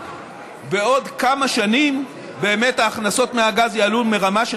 בעוד כמה שנים באמת ההכנסות מהגז יעלו מרמה של